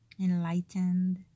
enlightened